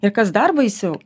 ir kas dar baisiau